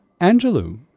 Angelou